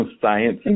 science